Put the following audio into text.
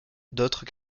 d’autres